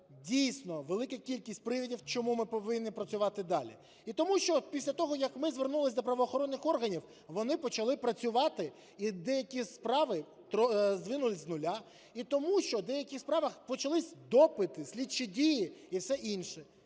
дійсно велика кількість приводів, чому ми повинні працювати далі. І тому, що після того, як ми звернулись до правоохоронних органів, вони почали працювати і деякі справи здвинулись з нуля, і тому, що в деяких справах почались допити, слідчі дії і все інше,